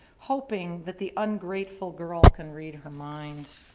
hoping that the ungrateful girl can read her mind.